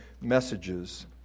Messages